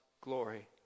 glory